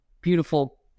beautiful